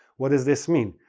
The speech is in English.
what does this mean?